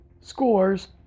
scores